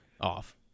off